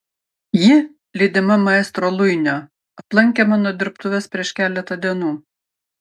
ji lydima maestro luinio aplankė mano dirbtuves prieš keletą dienų